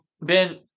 Ben